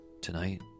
Tonight